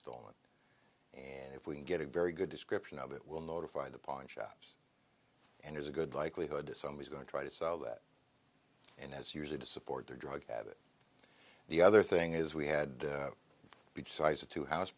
stolen and if we can get a very good description of it we'll notify the pawn shops and there's a good likelihood that somebody's going to try to sell that and has use it to support their drug habit the other thing is we had the size of two house